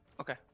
Okay